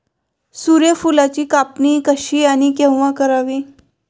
सूर्यफुलाची कापणी कशी आणि केव्हा करावी?